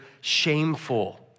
shameful